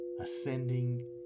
ascending